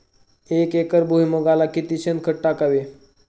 एक एकर भुईमुगाला किती शेणखत टाकावे?